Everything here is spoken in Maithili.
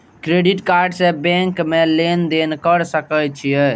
क्रेडिट कार्ड से बैंक में लेन देन कर सके छीये?